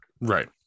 Right